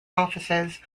offices